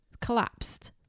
collapsed